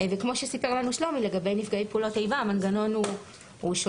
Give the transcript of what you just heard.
וכמו שסיפר לנו שלומי לגבי נפגעי פעולות איבה המנגנון הוא שונה,